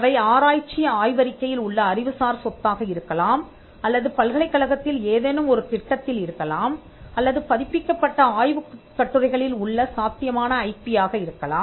அவை ஆராய்ச்சி ஆய்வறிக்கையில் உள்ள அறிவுசார் சொத்தாக இருக்கலாம்அல்லது பல்கலைக்கழகத்தில் ஏதேனும் ஒரு திட்டத்தில் இருக்கலாம் அல்லது பதிப்பிக்கப்பட்ட ஆய்வுக் கட்டுரைகளில் உள்ள சாத்தியமான ஐபி ஆக இருக்கலாம்